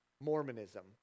Mormonism